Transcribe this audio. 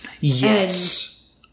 Yes